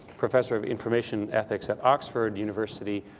professor of information ethics at oxford university.